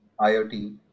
IoT